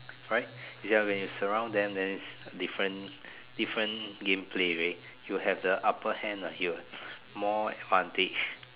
right you hear what I mean surround them then different different game play already you have the upper game here more advantage